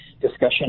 discussion